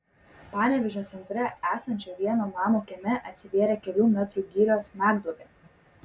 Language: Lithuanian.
panevėžio centre esančio vieno namo kieme atsivėrė kelių metrų gylio smegduobė